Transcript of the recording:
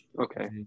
okay